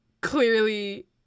clearly